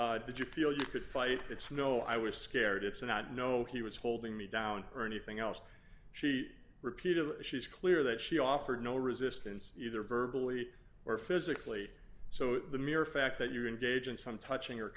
that you feel you could fight it's no i was scared it's not know he was holding me down or anything else she repeated she's clear that she offered no resistance either verbal e or physically so the mere fact that you engage in some touching or